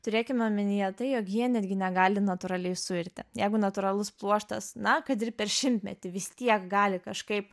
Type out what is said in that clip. turėkime omenyje tai jog jie netgi negali natūraliai suirti jeigu natūralus pluoštas na kad ir per šimtmetį vis tiek gali kažkaip